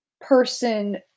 person